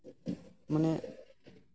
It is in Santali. ᱢᱟᱱᱮ